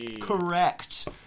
correct